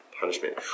punishment